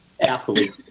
athlete